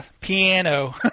piano